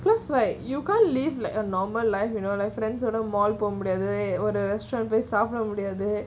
cause like you can't live like a normal life you know like friends ஓட: oda mall போகமுடியாதுஒரு: poga mudiyadhu oru restaurant போகமுடியாது: poga mudiyadhu